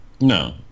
No